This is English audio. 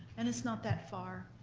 and it's not that far.